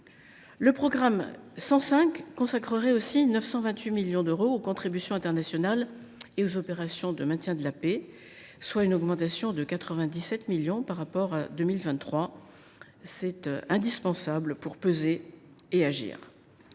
Le programme 105 consacrera, en outre, 928 millions d’euros aux contributions internationales et aux opérations de maintien de la paix, soit une augmentation de 97 millions par rapport à 2023. C’est indispensable si nous voulons peser et agir.